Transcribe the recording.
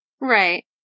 Right